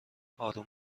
اروم